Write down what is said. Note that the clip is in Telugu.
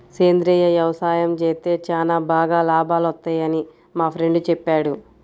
సేంద్రియ యవసాయం చేత్తే చానా బాగా లాభాలొత్తన్నయ్యని మా ఫ్రెండు చెప్పాడు